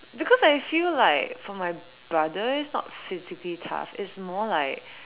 because I feel like for my brother it's not physically tough it's more like